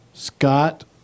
Scott